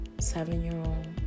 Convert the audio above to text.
seven-year-old